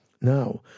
Now